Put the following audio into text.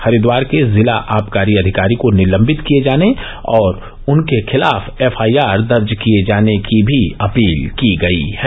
हरिद्वार के जिला आबकारी अधिकारी को निलंबित किये जाने और उसके खिलाफ एफआईआरदर्ज किये जाने की भी अपील की गई है